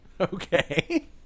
Okay